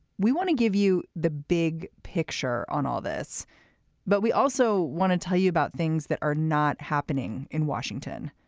we want to give you the big picture on all this but we also want to tell you about things that are not happening in washington.